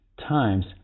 times